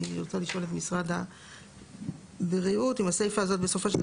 אני רוצה לשאול את משרד הבריאות אם הסיפה הזאת בסופו של דבר